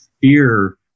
fear